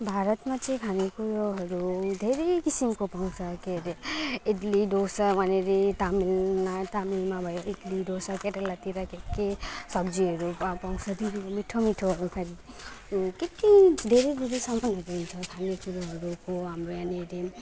भारतमा चाहिँ खानेकुरोहरू धेरै किसिमको पाउँछ के हरे इडली डोसा वहाँनेरि तमिल तमिलमा भयो इडली डोसा केरलतिर के के सब्जीहरू पाउँछ त्यहाँनेर मिठो मिठोहरू खेरि के के धेरै धेरै सामानहरू हुन्छ खानेकुरोहरूको हाम्रो यहाँनेरि